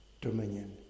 dominion